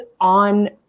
on